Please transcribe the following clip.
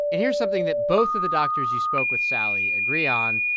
and here's something that both of the doctors you spoke with, sally, agree on.